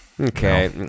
okay